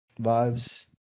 vibes